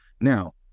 Now